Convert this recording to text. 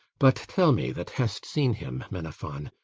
but tell me, that hast seen him, menaphon,